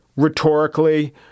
rhetorically